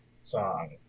song